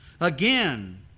again